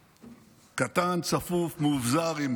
קטן, צפוף, מאובזר, עם